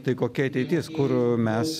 tai kokia ateitis kur mes